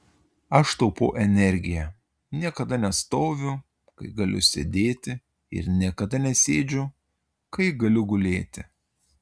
aš taupau energiją niekada nestoviu kai galiu sėdėti ir niekada nesėdžiu kai galiu gulėti